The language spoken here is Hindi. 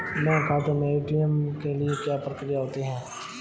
बैंक खाते में ए.टी.एम के लिए क्या प्रक्रिया होती है?